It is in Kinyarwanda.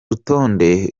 rutonde